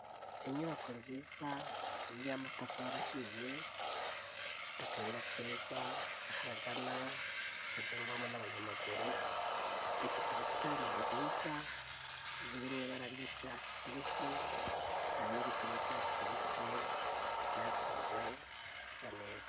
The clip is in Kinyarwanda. Inyubako nziza y'amatafari ahiye ifite akayira keza kahagana kagendwamo n'abanyamaguru, ifite ubusitani bwiza burimw' ibara ry'icyatsi kibisi, hari n'ibiti by'icyatsi kibisi byakuze bisa neza.